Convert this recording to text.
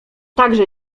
także